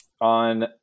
on